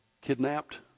kidnapped